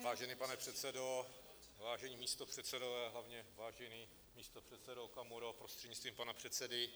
Vážený pane předsedo, vážení místopředsedové, ale hlavně vážený místopředsedo Okamuro, prostřednictvím pana předsedy.